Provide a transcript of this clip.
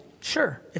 Sure